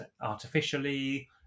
artificially